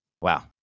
Wow